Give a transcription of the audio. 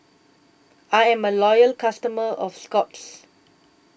I'm A Loyal customer of Scott's